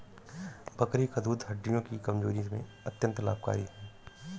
बकरी का दूध हड्डियों की कमजोरी में अत्यंत लाभकारी है